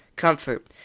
Comfort